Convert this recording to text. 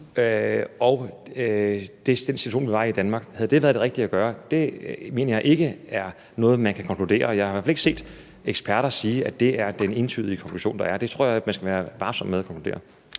med den situation, vi var i i Danmark – havde det været det rigtige at gøre? Det mener jeg ikke er noget, man kan konkludere, og jeg har i hvert fald ikke hørt eksperter sige, at det er den entydige konklusion, der er. Det tror jeg man skal være varsom med at konkludere.